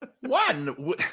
One